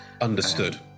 Understood